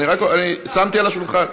שמתי על השולחן.